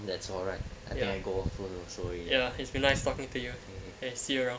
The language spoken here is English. that's all right and then I go photo so ya he's been nice talking to you and sireh